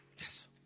Yes